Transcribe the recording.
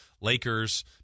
Lakers